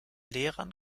lehrern